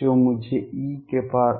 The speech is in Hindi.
जो मुझे eikabiα